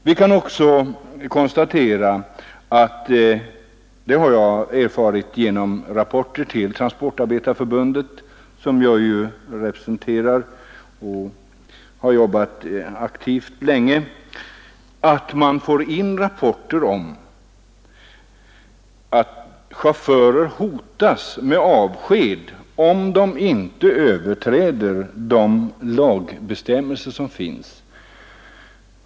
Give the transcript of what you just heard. Vi har också konstaterat — jag har erfarit det av rapporter till Svenska transportarbetareförbundet — att chaufförerna ibland hotas med avsked, om de inte överträder gällande lagbestämmelser.